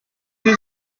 сүз